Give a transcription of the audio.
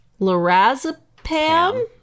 lorazepam